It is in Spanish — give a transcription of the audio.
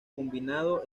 combinado